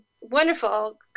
wonderful